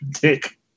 Dick